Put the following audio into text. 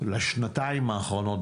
לשנתיים האחרונות,